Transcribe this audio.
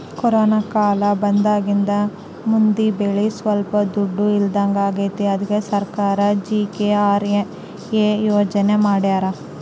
corona ಕಾಲ ಬಂದಾಗಿಂದ ಮಂದಿ ಬಳಿ ಸೊಲ್ಪ ದುಡ್ಡು ಇಲ್ದಂಗಾಗೈತಿ ಅದ್ಕೆ ಸರ್ಕಾರ ಜಿ.ಕೆ.ಆರ್.ಎ ಯೋಜನೆ ಮಾಡಾರ